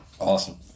Awesome